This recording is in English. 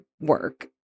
work